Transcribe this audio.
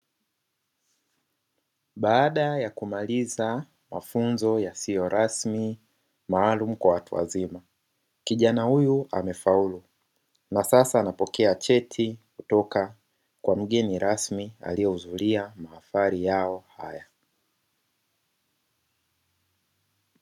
Baada ya kumaliza mafunzo yasiyo rasmi maalumu kwa watu wazima, kijana huyu amefaulu na sasa anapokea cheti kutoka kwa mgeni rasmi aliyehudhuria mahafali yao haya.